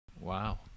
Wow